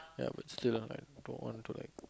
ya but still I'm like don't want to like